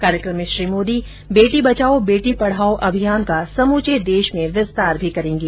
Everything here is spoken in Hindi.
कार्यकम में श्री मोदी बेटी बचाओ बेटी पढ़ाओ अभियान का समूचे देश में विस्तार भी करेगें